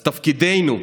אז תפקידנו,